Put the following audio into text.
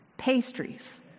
pastries